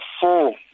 four